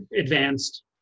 advanced